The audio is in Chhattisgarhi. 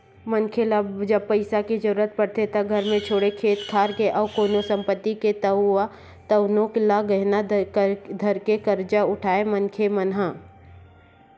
मनखे ल जब पइसा के जरुरत पड़थे त घर के छोड़े खेत खार के अउ कोनो संपत्ति हे तउनो ल गहना धरके करजा उठाथे मनखे मन ह